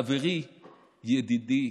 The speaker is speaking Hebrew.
חברי, ידידי,